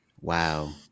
Wow